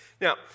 Now